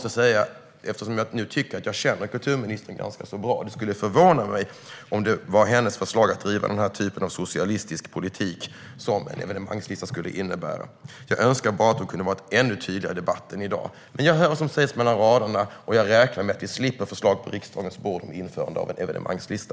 Eftersom jag nu tycker att jag känner kulturministern ganska bra måste jag säga att det skulle förvåna mig om det var hennes förslag att driva den typ av socialistisk politik som en evenemangslista skulle innebära. Jag önskar bara att hon kunde ha varit ännu tydligare i debatten i dag. Men jag hör som sagt mellan raderna, och jag räknar med att vi slipper förslag på riksdagens bord om införande av en evenemangslista.